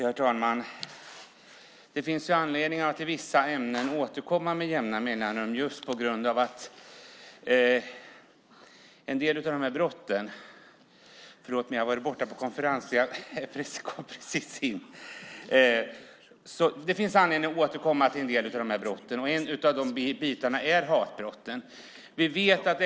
Herr talman! Det finns anledning att i vissa ämnen återkomma med jämna mellanrum. Ett sådant ämne är hatbrott.